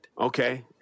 Okay